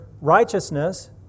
righteousness